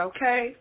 Okay